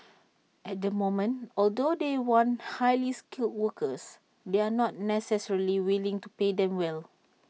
at the moment although they want highly skilled workers they are not necessarily willing to pay them well